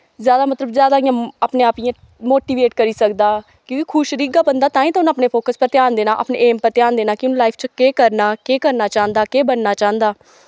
जादा मतलव जादा अपने आप गी इयां मोटीवेट करी सकदा क्योंकि खुश रोह्गा बंदे ते तां ई उनैं अपने फोक्स पर ध्यान देना अपने एम पर ध्यान देना कि में लाईफ च केह् करना केह् करना चांह्दा केह् बनना चांह्दा